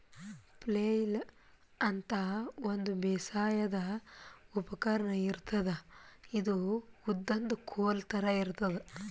flail ಅಂತಾ ಒಂದ್ ಬೇಸಾಯದ್ ಉಪಕರ್ಣ್ ಇರ್ತದ್ ಇದು ಉದ್ದನ್ದ್ ಕೋಲ್ ಥರಾ ಇರ್ತದ್